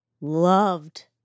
loved